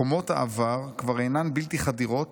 חומות העבר כבר אינן בלתי חדירות,